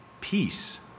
peace